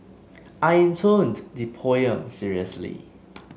I intoned the poem seriously